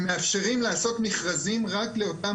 הם מאפשרים לעשות מכרזים רק לאותם